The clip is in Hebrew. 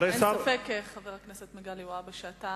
אין ספק, חבר הכנסת מגלי והבה, שאתה